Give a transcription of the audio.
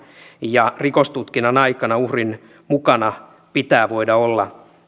ja rikostutkinnan aikana uhrin mukana pitää voida olla